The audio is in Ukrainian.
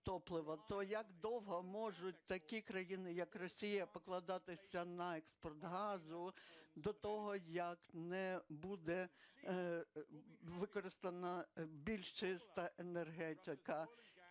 як довго можуть такі країни як Росія покладатися на експорт газу до того, як не буде використана більш чиста енергетика.